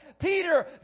Peter